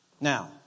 Now